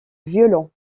violon